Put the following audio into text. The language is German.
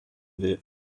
will